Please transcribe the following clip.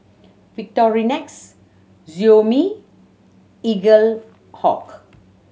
Victorinox Xiaomi Eaglehawk